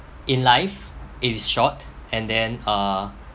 in life it is short and then err